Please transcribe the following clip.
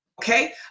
Okay